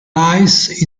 lies